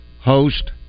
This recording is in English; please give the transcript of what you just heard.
host